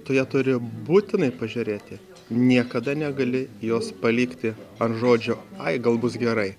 tu ją turi būtinai pažiūrėti niekada negali jos palikti ar žodžio ai gal bus gerai